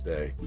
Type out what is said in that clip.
Day